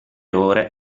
ore